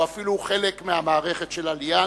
או אפילו חלק מהמערכת של "אליאנס".